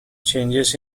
changes